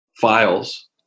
files